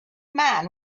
man